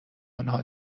انها